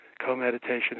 co-meditation